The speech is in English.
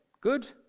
good